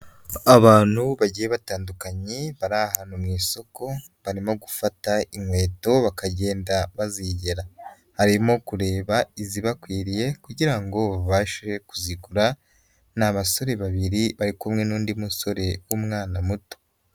Abantu bagiye batandukanye bari ahantu mu isoko, barimo gufata inkweto bakagenda bazigera, harimo kureba izibakwiriye kugira ngo babashe kuzigura, n'abasore babiri bari kumwe n'undi musore, umwana muto.